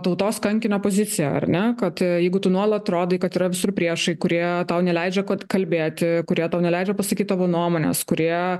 tautos kankinio poziciją ar ne kad jeigu tu nuolat rodai kad yra visur priešai kurie tau neleidžia kad kalbėti kurie tau neleidžia pasakyt tavo nuomonės kurie